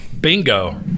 Bingo